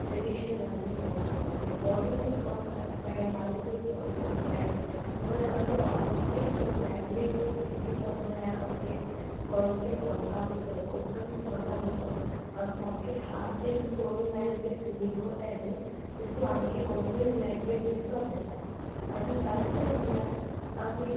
traditional आमगे songs आसताय Bollywood songs आसताय हॉलिवूड सोंग्स आसताय म्हळ्यार आमगे ऑथेंटीक लँग्वेज दिश्टी पोटा म्हळ्यार आमगे गोंयचे सोंगा भितर कोंकनी सोंगा भितो आमी सामकें हार्ट एन सोल लायन तें सिंगींग कोताय न्हू तितू आमगे कोंकणी लँग्वेज दिसोन येता आनी कल्चर म्हळ्यार आमी